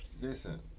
listen